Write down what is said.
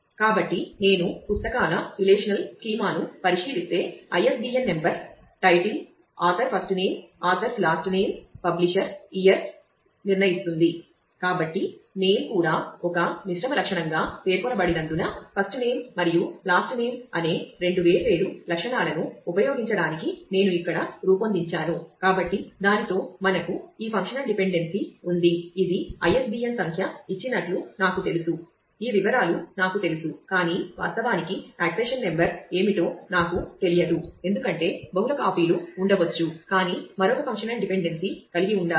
కాబట్టి నేను పుస్తకాల రిలేషనల్ స్కీమాను బట్టి ISBN సంఖ్య నిర్ణయించదగినదిగా ఉండాలి